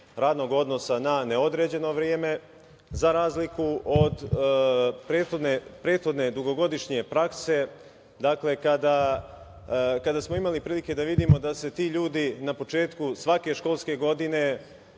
radnog odnosa na neodređeno radno vreme, za razliku od prethodne dugogodišnje prakse, kada smo imali prilike da vidimo da su ti ljudi na početku svake školske godine